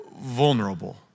vulnerable